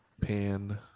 Pan